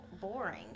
boring